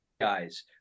guys